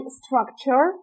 structure